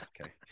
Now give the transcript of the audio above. Okay